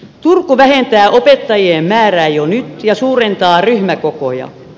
turku vähentää opettajien määrää jo nyt ja suurentaa ryhmäkokoja